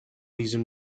reason